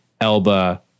Elba